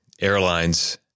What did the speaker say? airlines